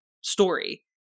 story